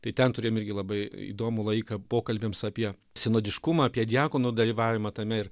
tai ten turėjom irgi labai įdomų laiką pokalbiams apie sinodiškumą apie diakonų dalyvavimą tame ir